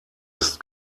ist